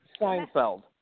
Seinfeld